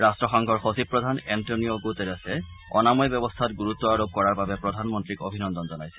ৰাট্টসংঘৰ সচিব প্ৰধান এণ্টনিঅ' গুটেৰেছে অনাময় ব্যৱস্থাত গুৰুত্ব আৰোপ কৰাৰ বাবে প্ৰধানমন্ত্ৰীক অভিনন্দন জনাইছে